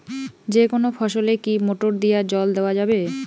যেকোনো ফসলে কি মোটর দিয়া জল দেওয়া যাবে?